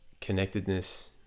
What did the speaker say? connectedness